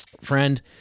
friend